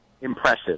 impressive